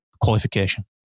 qualification